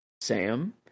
Sam